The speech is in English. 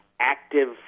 Active